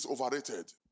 overrated